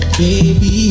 baby